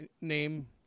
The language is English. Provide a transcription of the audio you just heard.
name